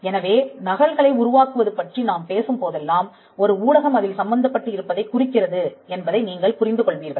எனவே நகல்களை உருவாக்குவது பற்றி நாம் பேசும் போதெல்லாம் ஒரு ஊடகம் அதில் சம்பந்தப்பட்டு இருப்பதைக் குறிக்கிறது என்பதை நீங்கள் புரிந்து கொள்வீர்கள்